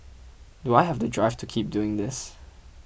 do I have the drive to keep doing this